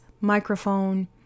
microphone